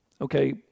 Okay